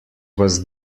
was